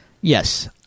Yes